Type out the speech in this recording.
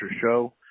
Show